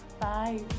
Bye